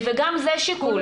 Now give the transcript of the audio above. וגם זה שיקול,